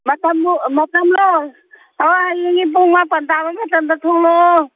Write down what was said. ꯃꯇꯝꯂꯣ ꯍꯣ ꯍꯌꯦꯡꯒꯤ ꯄꯨꯡ ꯃꯥꯄꯟ ꯇꯥꯕ ꯃꯇꯝꯗ ꯊꯣꯂꯛꯑꯣ